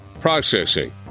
processing